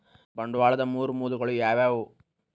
ಬಂಡವಾಳದ್ ಮೂರ್ ಮೂಲಗಳು ಯಾವವ್ಯಾವು?